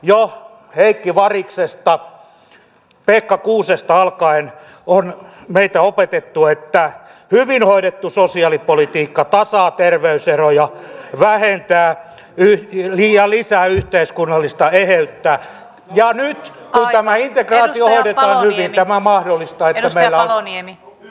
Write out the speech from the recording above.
jo heikki variksesta pekka kuusesta alkaen on meitä opetettu että hyvin hoidettu sosiaalipolitiikka tasaa terveyseroja ja lisää yhteiskunnallista eheyttä ja nyt kun tämä integraatio hoidetaan hyvin tämä mahdollistaa että meillä